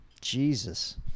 Jesus